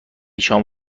شام